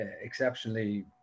Exceptionally